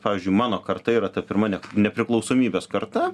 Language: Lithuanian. pavyzdžiui mano karta yra ta pirma nepriklausomybės karta